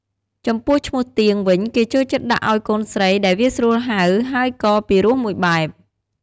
ចំពោះឈ្មោះទៀងវិញគេចូលចិត្តដាក់អោយកូនស្រីដែរវាស្រួលហៅហើយកពិរោះមួយបែប។